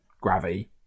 gravity